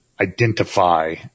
identify